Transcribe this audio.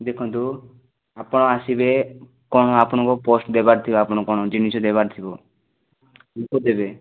ଦେଖନ୍ତୁ ଆପଣ ଆସିବେ କ'ଣ ଆପଣଙ୍କୁ ପୋଷ୍ଟ ଦେବାର ଥିବ ଆପଣଙ୍କର କ'ଣ ଜିନିଷ ଦେବାର ଥିବ ଦେବେ